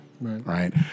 right